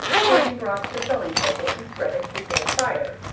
jane brought the sewing table and spread it before the fire,